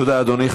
תודה, אדוני.